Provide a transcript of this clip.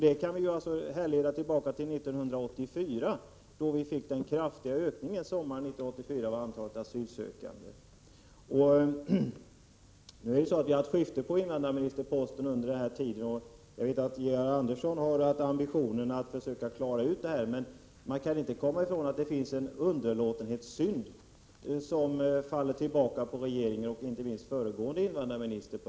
Detta kan härledas till sommaren 1984, då den kraftiga ökningen av antalet asylsökande kom. Vi har haft ett skifte på invandrarministerposten under den aktuella tiden, och jag vet att Georg Andersson har haft ambitionen att försöka klara ut problemet. Men man kan inte komma ifrån att det på denna punkt föreligger en underlåtenhetssynd, som faller tillbaka på regeringen och inte minst på den föregående invandrarministern.